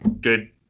good